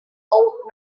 old